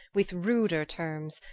with ruder termes,